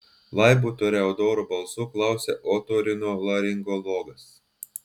laibu toreadoro balsu klausia otorinolaringologas